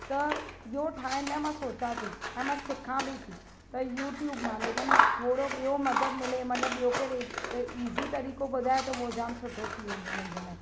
त इहो ठाहिण लाइ मां सोचा थी ऐं मां सिखा बि थी पर यूट्यूब मां लेकिन थोरो ॿियो मदद मिले मतिलबु ॿियो केरु इज़ी तरीक़ो ॿुधाए त पोइ जाम सुठो थी वेंदो मुंहिंजे लाइ